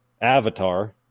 Avatar